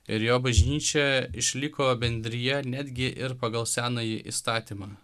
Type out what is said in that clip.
ir jo bažnyčia išliko bendrija netgi ir pagal senąjį įstatymą